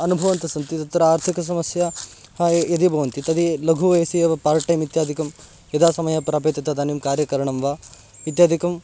अनुभवन्तस्सन्ति तत्र आर्थिकसमस्याः यदि भवन्ति तर्हि लघुवयसि एव पार्ट् टैम् इत्यादिकं यदा समयः प्राप्यते तदानीं कार्यकरणं वा इत्यादिकं